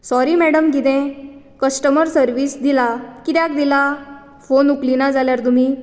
sorry madam कितें customer service दिला कित्याक दिला फॉन उकलिना जाल्यार तुमी